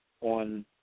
on –